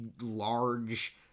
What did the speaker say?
large